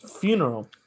funeral